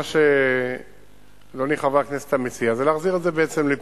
מה שאדוני חבר הכנסת מציע זה בעצם להחזיר את זה לפיקוח.